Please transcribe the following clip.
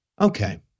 Okay